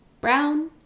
brown